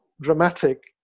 dramatic